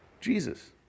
Jesus